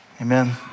Amen